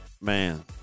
man